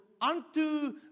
unto